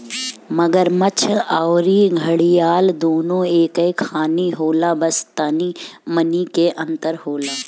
मगरमच्छ अउरी घड़ियाल दूनो एके खानी होला बस तनी मनी के अंतर होला